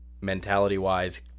mentality-wise